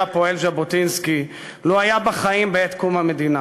פועל ז'בוטינסקי לו היה בחיים בעת קום המדינה,